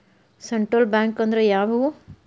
Central bank ಅಂದ್ರ ಯಾವ್ಯಾವು?